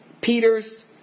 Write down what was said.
Peter's